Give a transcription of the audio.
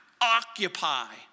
occupy